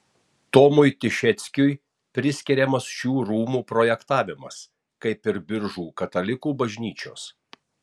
tomui tišeckiui priskiriamas šių rūmų projektavimas kaip ir biržų katalikų bažnyčios